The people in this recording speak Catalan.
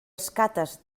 escates